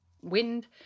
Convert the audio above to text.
wind